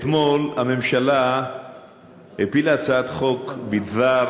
אתמול הממשלה הפילה הצעת חוק בדבר